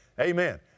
Amen